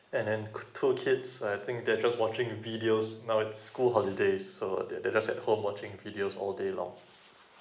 and then two two kids I think that's just watching videos now it's school holidays so they they they're just at home watching videos all day long